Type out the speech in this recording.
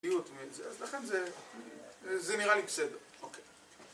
אז לכן זה, זה נראה לי בסדר. אוקיי.